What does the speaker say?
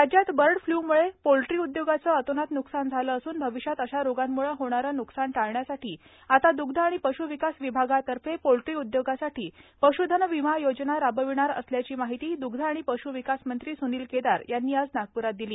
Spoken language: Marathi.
पश्धन विमा योजना राज्यात बर्ड फ्लू मुळे पोल्ट्री उद्योगाचे अतोनात नुकसान झाले असून भविष्यात अशा रोगांमुळे होणारे न्कसान टाळण्यासाठी आता द्ग्ध आणि पश् विकास विभागातर्फे पोल्ट्री उद्योगासाठी पश्धन विमा योजना राबविणार असल्याची माहिती दुग्ध आणि पश् विकास मंत्री सुनील केदार यांनी आज नागप्रात दिली